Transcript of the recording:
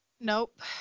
Nope